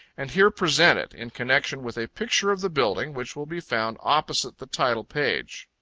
and here present it, in connection with a picture of the building, which will be found opposite the title page.